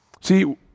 See